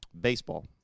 Baseball